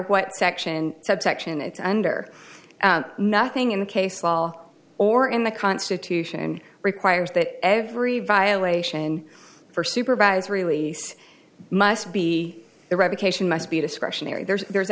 what section subsection it's under nothing in the case law or in the constitution requires that every violation for supervised release must be the revocation must be discretionary there's there's